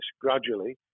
gradually